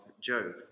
Job